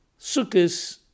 Sukkis